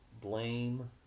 blame